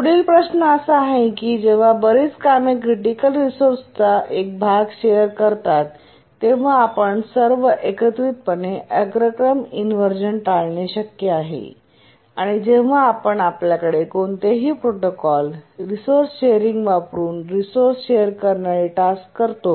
पुढील प्रश्न असा आहे की जेव्हा बरीच कामे क्रिटिकल रिसोर्सांचा एक भाग शेअर करतात तेव्हा आपण सर्व एकत्रितपणे अग्रक्रम इनव्हर्जन टाळणे शक्य आहे आणि जेव्हा आपण आपल्याकडे कोणतेही प्रोटोकॉल रिसोर्स शेअरिंग वापरुन रिसोर्से शेअर करणारी टास्क करतो